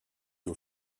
aux